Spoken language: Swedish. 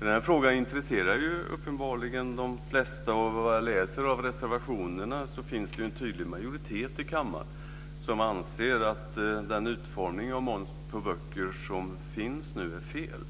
Denna fråga intresserar uppenbarligen de flesta. Av det jag läser i reservationerna ser jag att det finns en tydlig majoritet i kammaren som anser att den utformning av momsen på böcker som finns nu är fel.